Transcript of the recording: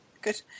good